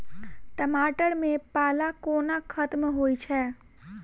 टमाटर मे पाला कोना खत्म होइ छै?